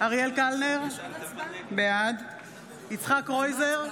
אריאל קלנר, בעד יצחק קרויזר,